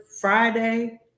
Friday